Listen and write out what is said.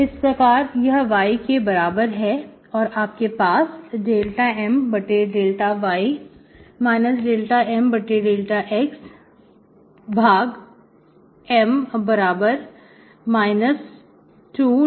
इस प्रकार यह y के बराबर है और आपके पास ∂M∂y ∂N∂xM-21 y है जो कि y का फलन है